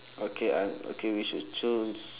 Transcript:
okay I okay we should choose